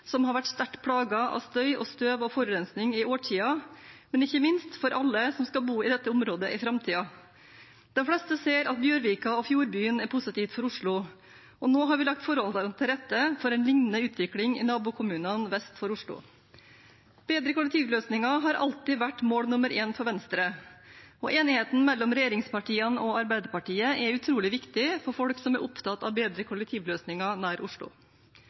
som har vært sterkt plaget av støy, støv og forurensning i årtier, og ikke minst for alle som skal bo i dette området i framtiden. De fleste ser at Bjørvika og Fjordbyen er positivt for Oslo, og nå har vi lagt forholdene til rette for en liknende utvikling i nabokommunene vest for Oslo. Bedre kollektivløsninger har alltid vært mål nummer én for Venstre, og enigheten mellom regjeringspartiene og Arbeiderpartiet er utrolig viktig for folk som er opptatt av bedre kollektivløsninger nær Oslo.